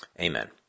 amen